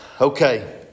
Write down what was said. Okay